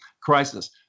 crisis